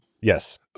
Yes